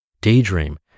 Daydream